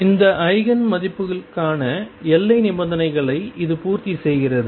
அந்த ஈஜென் மதிப்புகளுக்கான எல்லை நிபந்தனைகளை இது பூர்த்தி செய்கிறது